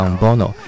Bono